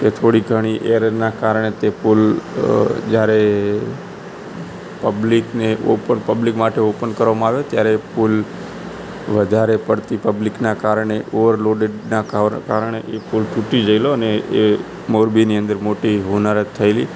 કે થોડી ઘણી એરરનાં કારણે તે પુલ અ જ્યારે પબ્લિકને ઓપ પબ્લિક માટે ઓપન કરવામાં આવ્યો ત્યારે પુલ વધારે પડતી પબ્લિકના કારણે ઓવરલોડેડના કાવ કારણે એ પુલ તુટી ગયેલો ને એ મોરબીની અંદર મોટી હોનારત થયેલી